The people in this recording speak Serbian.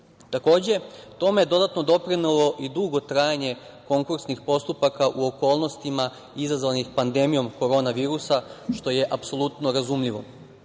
tome je dodatno doprinelo i dugo trajanje konkursnih postupaka u okolnostima izazvanih pandemijom korona virusa, što je apsolutno razumljivo. Što